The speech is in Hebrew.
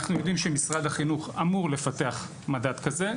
אנחנו יודעים שמשרד החינוך אמור לפתח מדד כזה,